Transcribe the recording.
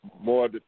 more